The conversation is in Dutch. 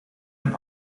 een